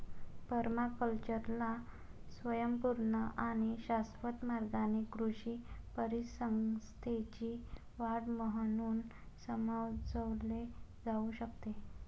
पर्माकल्चरला स्वयंपूर्ण आणि शाश्वत मार्गाने कृषी परिसंस्थेची वाढ म्हणून समजले जाऊ शकते